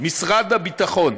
משרד הביטחון.